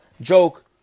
joke